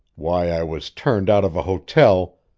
why i was turned out of a hotel,